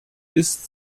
ist